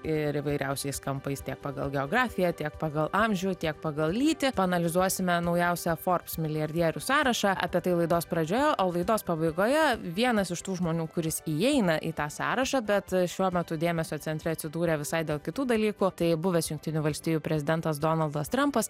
ir įvairiausiais kampais tiek pagal geografiją tiek pagal amžių tiek pagal lytį paanalizuosime naujausią forbs milijardierių sąrašą apie tai laidos pradžioje o laidos pabaigoje vienas iš tų žmonių kuris įeina į tą sąrašą bet šiuo metu dėmesio centre atsidūrė visai dėl kitų dalykų tai buvęs jungtinių valstijų prezidentas donaldas trampas